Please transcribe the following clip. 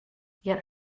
yet